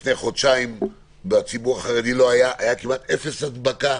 לפני חודשיים היה בציבור החרדי כמעט אפס הדבקה,